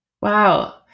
Wow